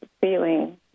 feeling